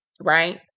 right